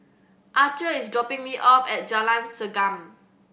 Archer is dropping me off at Jalan Segam